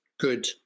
good